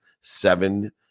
Seven